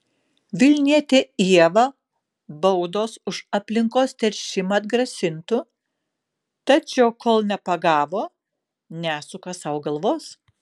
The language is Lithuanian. vilnietę ievą baudos už aplinkos teršimą atgrasintų tačiau kol nepagavo nesuka sau galvos